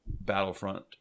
Battlefront